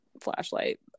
flashlight